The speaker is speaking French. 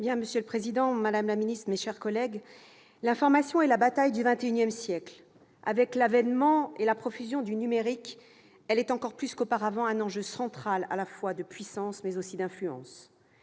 Monsieur le président, madame la ministre, mes chers collègues, l'information est la bataille du XXIe siècle. Avec l'avènement et la profusion du numérique, elle est, encore plus qu'auparavant, un enjeu central de puissance et d'influence.